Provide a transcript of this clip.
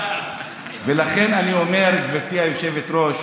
לכן אני אומר, גברתי היושבת-ראש,